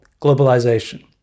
globalization